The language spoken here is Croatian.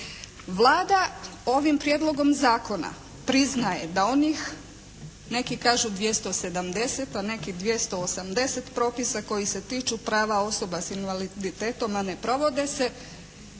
Vlada ovim Prijedlogom zakona priznaje da onih neki kažu 270, a neki 280 propisa koji se tiču prava osoba s invaliditetom, a ne provode se,